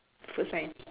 food science